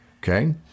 Okay